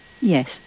yes